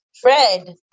Fred